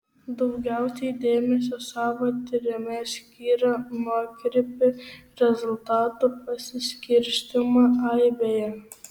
daugiausiai dėmesio savo tyrime skyrė nuokrypį rezultatų pasiskirstymą aibėje